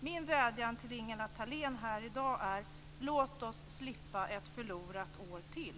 Min vädjan till Ingela Thalén här i dag är: Låt oss slippa ett förlorat år till.